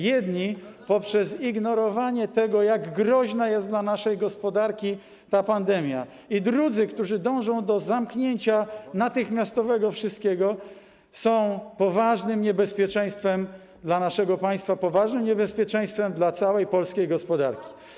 I jedni poprzez ignorowanie tego, jak groźna jest dla naszej gospodarki ta pandemia, i drudzy, którzy dążą do zamknięcia natychmiastowego wszystkiego, są poważnym niebezpieczeństwem dla naszego państwa, poważnym niebezpieczeństwem dla całej polskiej gospodarki.